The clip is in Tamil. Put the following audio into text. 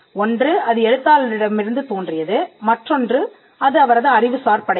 ஒன்று அது எழுத்தாளரிடம் இருந்து தோன்றியது மற்றொன்று அது அவரது அறிவுசார் படைப்பு